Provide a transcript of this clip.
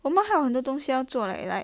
我们还有很多东西要做 like like